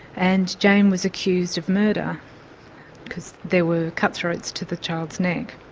and jane was accused of murder because there were cut-throats to the child's neck.